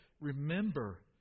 remember